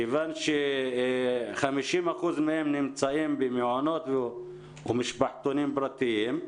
כיוון ש-50% מהם נמצאים במעונות ובמשפחתונים פרטיים,